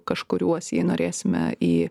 kažkuriuos jei norėsime į